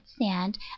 sand